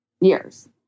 years